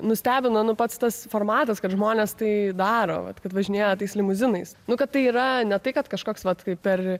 nustebinonu pats tas formatas kad žmonės tai daro kad važinėja tais limuzinais nu kad tai yra ne tai kad kažkoks vat kaip per